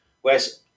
Whereas